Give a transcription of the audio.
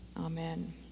amen